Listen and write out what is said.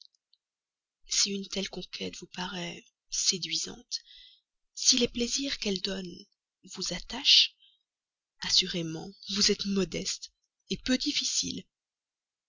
si une telle conquête vous paraît séduisante si les plaisirs qu'elle donne vous attachent assurément vous êtes modeste peu difficile